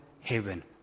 heaven